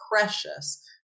precious